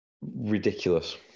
ridiculous